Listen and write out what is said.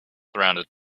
rounded